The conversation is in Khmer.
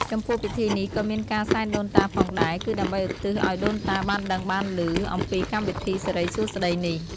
ចំពោះពិធីនេះក៏មានការ សែនដូនតាផងដែរ គឺដើម្បីឧទ្ទិសអោយដូនតាបានដឹងបានលឺ អំពីកម្មវិធីសេរីសួស្ដីនេះ។